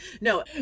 no